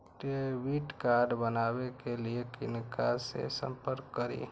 Debit card बनावे के लिए किनका से संपर्क करी?